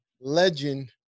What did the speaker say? legend